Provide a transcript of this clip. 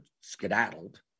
skedaddled